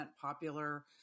popular